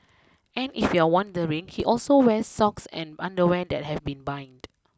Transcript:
and if you re wondering he also wears socks and underwear that have been binned